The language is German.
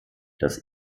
das